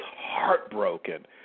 heartbroken